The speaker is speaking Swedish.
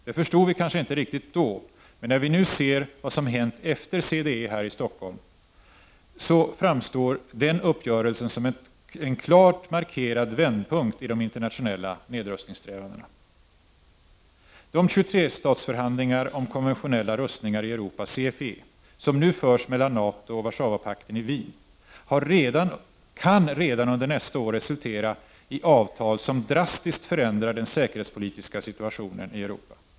Det förstod vi kanske inte riktigt då, men när vi nu ser vad som hänt efter CDE här i Stockholm, framstår den uppgörelsen som en klart markerad vändpunkt i de internationella nedrustningssträvandena. De 23-statsförhandlingar om de konventionella rustningarna i Europa, CFE, som nu förs mellan NATO och Warszawapakten i Wien kan redan under nästa år resultera i avtal som drastiskt förändrar den säkerhetspolitiska situationen i Europa.